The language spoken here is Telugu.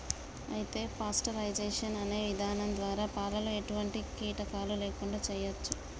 అయితే పాస్టరైజేషన్ అనే ఇధానం ద్వారా పాలలో ఎటువంటి కీటకాలు లేకుండా చేయచ్చు